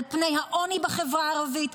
על פני העוני בחברה הערבית,